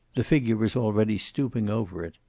the figure was already stooping over it.